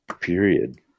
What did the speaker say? Period